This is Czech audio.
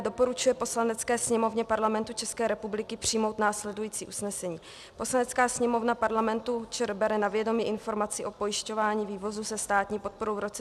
Doporučuje Poslanecké sněmovně Parlamentu České republiky přijmout následující usnesení: Poslanecká sněmovna Parlamentu ČR bere na vědomí Informaci o pojišťování vývozu se státní podporou v roce 2017.